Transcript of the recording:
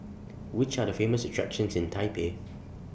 Which Are The Famous attractions in Taipei